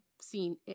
seen